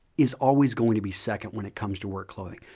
is always going to be second when it comes to work clothing,